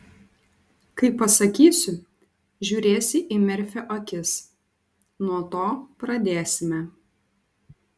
kai pasakysiu žiūrėsi į merfio akis nuo to pradėsime